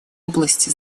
области